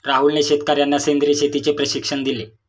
राहुलने शेतकर्यांना सेंद्रिय शेतीचे प्रशिक्षण दिले